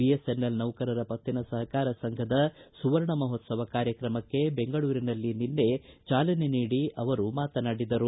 BSNL ನೌಕರರ ಪತ್ತಿನ ಸಹಕಾರ ಸಂಘದ ಸುವರ್ಣ ಮಹೋತ್ತವ ಕಾರ್ಯಕ್ರಮಕ್ಕೆ ಬೆಂಗಳೂರಿನಲ್ಲಿ ನಿನ್ನೆ ಚಾಲನೆ ನೀಡಿ ಅವರು ಮಾತನಾಡಿದರು